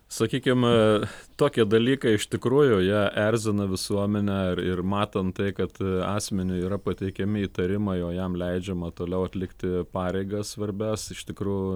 sakykim tokie dalykai iš tikrųjų jie erzina visuomenę ir ir matant tai kad asmeniui yra pateikiami įtarimai o jam leidžiama toliau atlikti pareigas svarbias iš tikrųjų